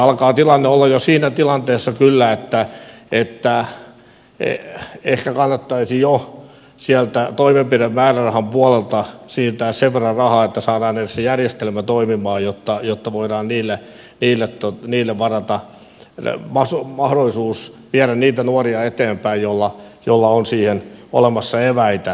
eli aletaan olla jo kyllä siinä tilanteessa että ehkä kannattaisi jo sieltä toimenpidemäärärahan puolelta siirtää sen verran rahaa että saadaan edes se järjestelmä toimimaan jotta voidaan vielä viilata niille varataan le varata mahdollisuus viedä niitä nuoria eteenpäin joilla on siihen olemassa eväitä